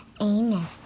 Amen